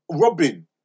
Robin